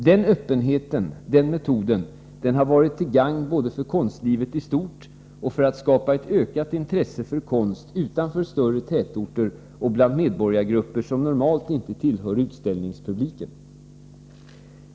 Den öppenheten har varit till gagn både för att stödja konstlivet i stort och för att skapa ett ökat intresse för konst utanför större tätorter och bland medborgargrupper som normalt inte tillhör utställningspubliken.